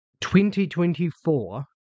2024